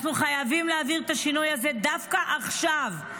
אנחנו חייבים להעביר את השינוי הזה דווקא עכשיו,